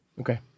Okay